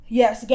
yes